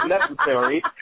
necessary